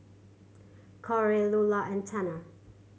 Korey Lula and Tanner